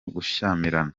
gushyamirana